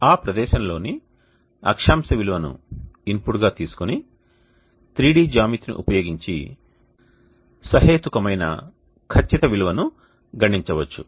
ఆ ప్రదేశంలోని అక్షాంశ విలువను ఇన్పుట్ గా తీసుకొని 3D జ్యామితిని ఉపయోగించి సహేతుకమైన ఖచ్చిత విలువను గణించవచ్చు